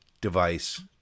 device